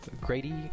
Grady